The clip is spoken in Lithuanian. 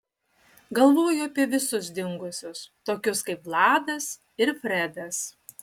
galvoju apie visus dingusius tokius kaip vladas ir fredas